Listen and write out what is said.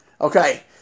Okay